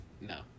no